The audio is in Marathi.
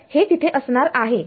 तर हे तिथे असणार आहे